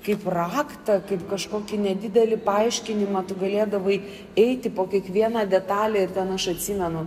kaip raktą kaip kažkokį nedidelį paaiškinimą tu galėdavai eiti po kiekvieną detalę ir ten aš atsimenu